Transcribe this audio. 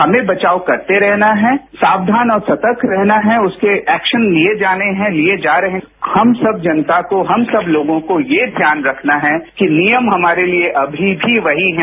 हमें बचाव करते रहना है सावधान और सतर्क रहना है उसके ऐक्शन लिए जाने हैं लिए जा रहे हैं हम सब जनता को हम सब लोगों को ये ध्यान रखना है कि नियम हमारे लिए अभी भी वही हैं